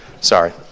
sorry